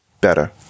better